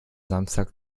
samstag